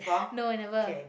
no i never